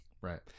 Right